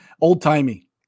old-timey